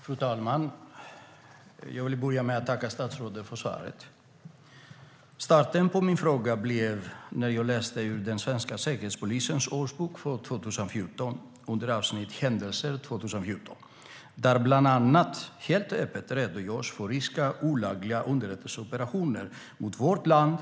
Fru talman! Jag vill börja med att tacka statsrådet för svaret. Starten på min fråga kom när jag läste i den svenska säkerhetspolisens årsbok för 2014 under avsnittet Händelser 2014, där det bland annat helt öppet redogörs för ryska olagliga underrättelseoperationer mot vårt land.